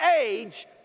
age